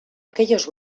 aquellos